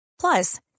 Plus